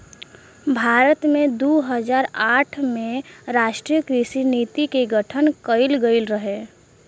भारत में दू हज़ार आठ में राष्ट्रीय कृषि नीति के गठन कइल गइल रहे